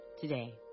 Today